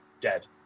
dead